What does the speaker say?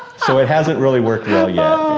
so, it hasn't really worked well yet.